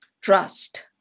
trust